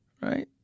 right